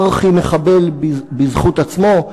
ארכי-מחבל בזכות עצמו,